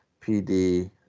PD